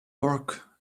work